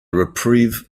reprieve